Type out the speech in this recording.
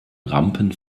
rampen